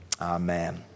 Amen